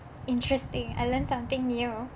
interesting I learn something new